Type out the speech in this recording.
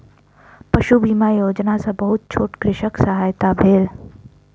पशु बीमा योजना सॅ बहुत छोट कृषकक सहायता भेल